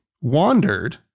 wandered